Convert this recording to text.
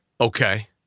Okay